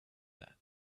that